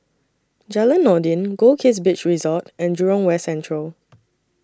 Jalan Noordin Goldkist Beach Resort and Jurong West Central